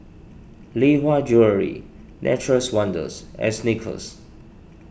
Lee Hwa Jewellery Nature's Wonders and Snickers